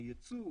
היצוא,